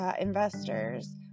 investor's